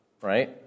right